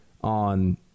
on